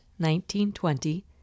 1920